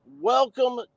welcome